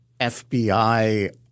FBI